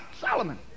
Solomon